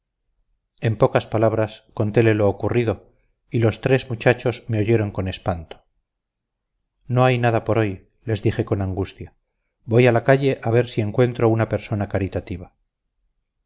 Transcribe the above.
en pocas palabras contele lo ocurrido y los tres muchachos me oyeron con espanto no hay nada por hoy les dije con angustia voy a la calle a ver si encuentro una persona caritativa